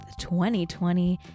2020